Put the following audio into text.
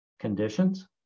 Conditions